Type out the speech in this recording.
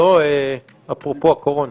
אפרופו הקורונה.